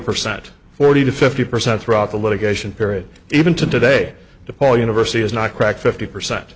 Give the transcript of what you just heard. percent forty to fifty percent throughout the litigation period even today the paul university has not cracked fifty percent